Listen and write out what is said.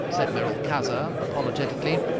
said merolchazzar, apologetically.